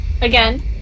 again